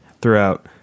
throughout